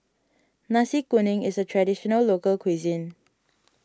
Nasi Kuning is a Traditional Local Cuisine